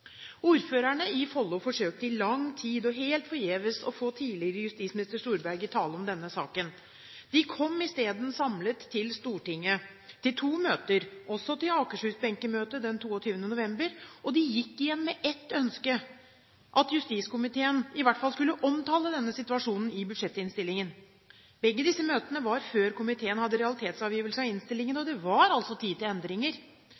Ordførerne i Follo forsøkte i lang tid – og helt forgjeves – å få tidligere justisminister Storberget i tale om denne saken. De kom isteden samlet til Stortinget til to møter – også til møte med Akershus-benken den 22. november – og de gikk igjen med ett ønske, at justiskomiteen i hvert fall skulle omtale denne situasjonen i budsjettinnstillingen. Begge disse møtene var før komiteen hadde realitetsavgivelse av innstillingen,